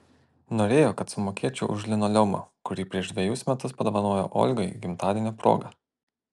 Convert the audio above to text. norėjo kad sumokėčiau už linoleumą kurį prieš dvejus metus padovanojo olgai gimtadienio proga